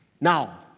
Now